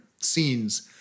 scenes